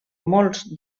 molts